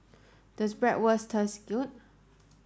does Bratwurst taste good